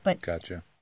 Gotcha